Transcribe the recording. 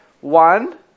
one